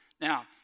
Now